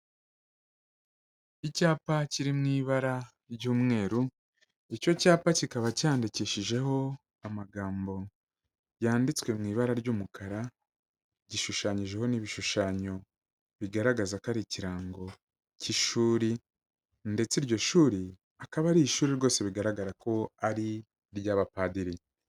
Icyapa kiri mu ibara ry'umweru, icyo cyapa kikaba cyandikishijeho amagambo yanditswe mu ibara ry'umukara, gishushanyijweho n'ibishushanyo bigaragaza ko ari ikirango cy'ishuri, ndetse iryo shuri akaba ari ishuri rwose bigaragara ko ari iry'abapadiri.